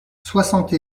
soixante